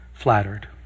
flattered